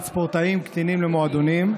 הקשה הזאת של כבילה של ספורטאים קטינים למועדונים.